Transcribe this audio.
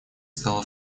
стала